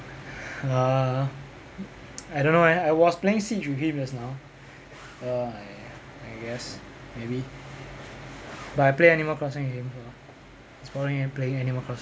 uh I don't know leh I was playing switch with him just now so I I guess maybe but I play animal crossing game lor it's boring eh playing animal crossing